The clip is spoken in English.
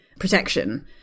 protection